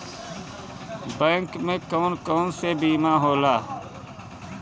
Bank में कौन कौन से बीमा होला?